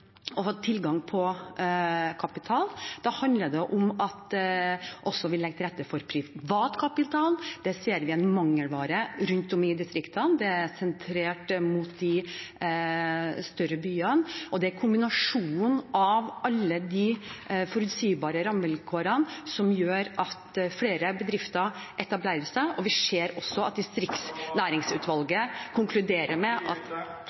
få tilgang på kapital. Da handler det om at vi også legger til rette for privat kapital. Det ser vi er mangelvare rundt om i distriktene – den er sentrert mot de større byene. Det er kombinasjonen av alle de forutsigbare rammevilkårene som gjør at flere bedrifter etablerer seg, og vi ser også at distriktsnæringsutvalget konkluderer med at